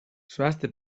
zoazte